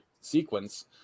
sequence